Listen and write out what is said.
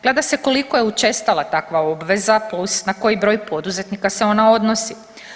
Gleda se koliko je učestala takva obveza plus na koji broj poduzetnika se ona odnosi.